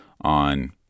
on